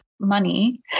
money